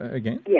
again